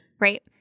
right